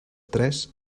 tres